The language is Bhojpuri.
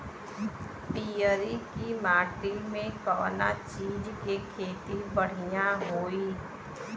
पियरकी माटी मे कउना चीज़ के खेती बढ़ियां होई?